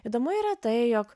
įdomu yra tai jog